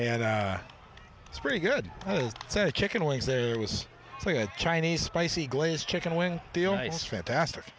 and it's pretty good chicken wings there was a chinese spicy glaze chicken wing is fantastic